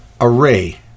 array